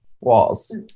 walls